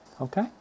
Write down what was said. Okay